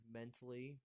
mentally